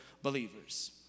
believers